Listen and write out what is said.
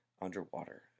underwater